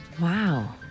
Wow